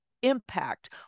impact